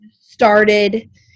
started